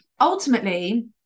ultimately